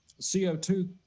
CO2